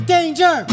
Danger